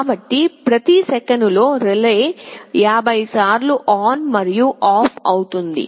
కాబట్టి ప్రతి సెకనులో రిలే 50 సార్లు ఆన్ మరియు ఆఫ్ onoff అవుతుంది